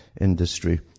industry